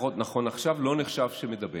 לפחות נכון לעכשיו, לא נחשב למידבק.